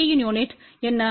D இன் unit என்ன